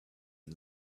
and